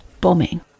bombing